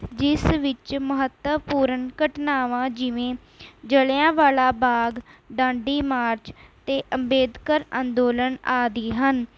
ਜਿਸ ਵਿੱਚ ਮਹੱਤਵਪੂਰਨ ਘਟਨਾਵਾਂ ਜਿਵੇਂ ਜਲਿਆਂਵਾਲਾ ਬਾਗ ਡਾਂਡੀ ਮਾਰਚ ਅਤੇ ਅੰਬੇਦਕਰ ਅੰਦੋਲਨ ਆਦਿ ਹਨ